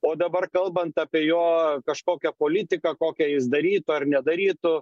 o dabar kalbant apie jo kažkokią politiką kokią jis darytų ar nedarytų